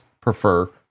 prefer